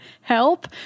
help